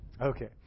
Okay